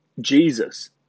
Jesus